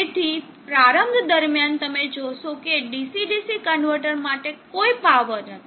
તેથી પ્રારંભ દરમિયાન તમે જોશો કે DC DC કન્વર્ટર માટે કોઈ પાવર નથી